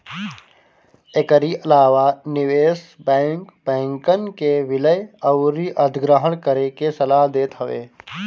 एकरी अलावा निवेश बैंक, बैंकन के विलय अउरी अधिग्रहण करे के सलाह देत हवे